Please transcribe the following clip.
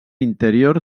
interior